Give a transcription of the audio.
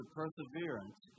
perseverance